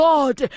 God